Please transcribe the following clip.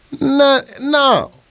No